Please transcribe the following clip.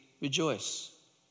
rejoice